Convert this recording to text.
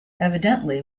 evidently